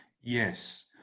Yes